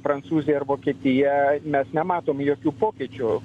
prancūzija ar vokietija mes nematom jokių pokyčių